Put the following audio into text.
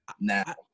now